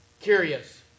curious